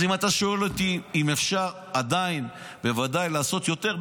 אז אם אתה שואל אותי אם עדיין אפשר לעשות יותר,